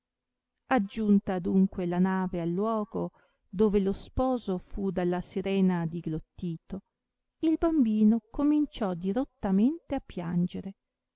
aggiunta adunque la nave al luogo dove lo sposo fu dalla sirena diglottito il bambino cominciò dirottamente a piangere